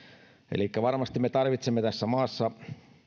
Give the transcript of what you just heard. elikkä varmasti me tarvitsemme tässä maassa